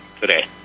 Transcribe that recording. today